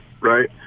Right